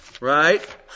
right